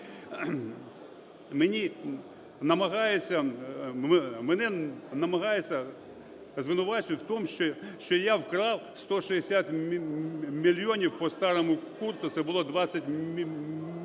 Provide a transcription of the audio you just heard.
Мене намагаються звинуватити в тому, що я вкрав 160 мільйонів по старому курсу, це було 20 мільйонів.